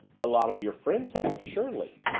a lot of your friends have surely?